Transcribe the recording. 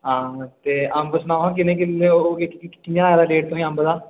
हां ते अंब सनाओ हा किन्ने किन्ने ओह् कि'यां रेट लाए दा तुसें अंबै दा